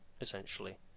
essentially